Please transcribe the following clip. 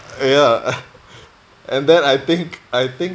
uh ya and then I think I think